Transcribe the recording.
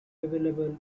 available